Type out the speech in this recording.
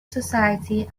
society